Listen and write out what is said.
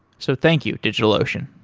so thank you, digitalocean